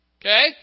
Okay